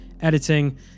Editing